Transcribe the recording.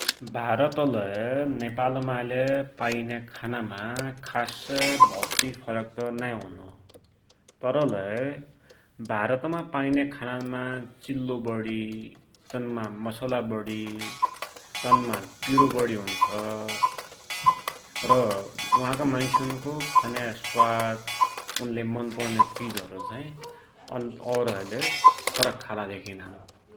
भारतलै नेपालमाइलै पाइन्या खानामा खास्सै भौत्ति फरक त नाई हुनो, तरलै भारतमा पाइन्या खानामा चिल्लो बढी, तिनमा मसला बढी, तिनमा पिरो बढी हुन्छ र वाका मान्सुनको खान्या स्वाद, उनले मन पडुन्या चिजहरु चाही औरहैलै फरक खालका धेकिनान ।